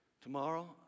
Tomorrow